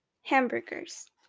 hamburgers